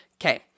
Okay